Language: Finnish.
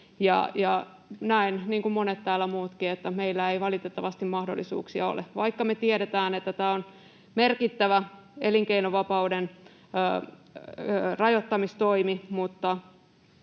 niin kuin monet muutkin täällä, että meillä ei valitettavasti muita mahdollisuuksia ole, vaikka me tiedetään, että tämä on merkittävä elinkeinovapauden rajoittamistoimi.